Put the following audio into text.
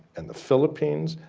and the philippines,